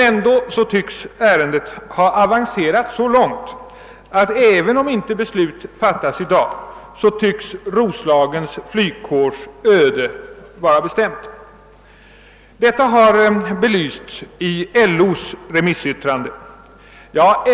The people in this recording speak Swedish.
Ändå tycks ärendet ha avancerat så långt, att även om inte beslut fattas i dag tycks Roslagens flygkårs öde vara bestämt. Detta har belysts i LO:s remissyttrande.